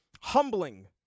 humbling